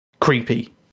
creepy